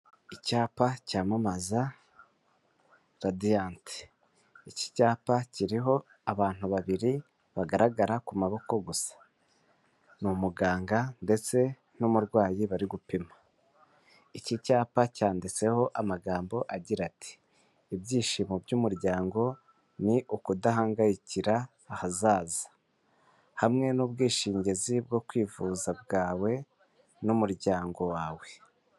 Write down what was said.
Icyapa cy'amamaza Radiant. Iki cyapa kiriho abantu babiri bagaragara ku maboko gusa, n'umuganga ndetse n'umurwayi bari gupima, iki cyapa cyanditseho amagambo agira ati "ibyishimo by'umuryango ni ukudahangayikira ahazaza, hamwe n'ubwishingizi bwo kwivuza bwawe n'umuryango wawe".